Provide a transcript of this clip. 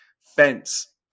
fence